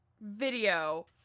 video